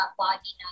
body